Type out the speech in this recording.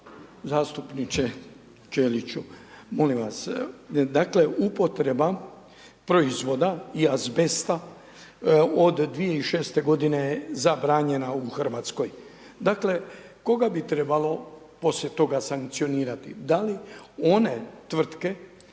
zastupniče Ćeliću molim vas, dakle upotreba proizvoda i azbesta od 2006. godine je zabranjena u Hrvatskoj. Dakle koga bi trebalo poslije toga sankcionirati, da li one tvrtke